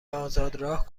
آزادراه